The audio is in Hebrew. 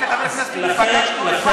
אני וחבר הכנסת, פגשנו את ועד ההורים.